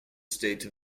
state